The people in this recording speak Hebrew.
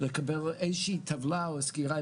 לקבל איזו שהיא טבלה או סקירה,